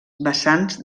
vessants